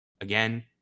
Again